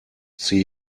see